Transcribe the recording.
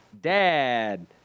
dad